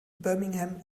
birmingham